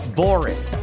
boring